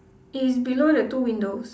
it is below the two windows